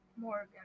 Morgan